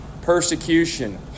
persecution